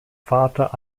vater